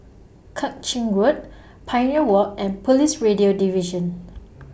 Kang Ching Road Pioneer Walk and Police Radio Division